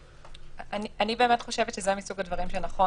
אני באמת חושבת שזה מסוג הדברים שנכון